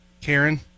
Karen